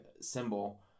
symbol